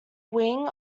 wing